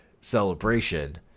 celebration